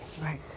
Right